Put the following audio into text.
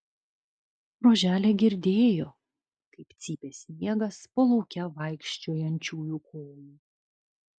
roželė girdėjo kaip cypė sniegas po lauke vaikščiojančiųjų kojų